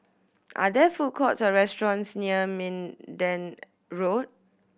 are there food courts or restaurants near Minden Road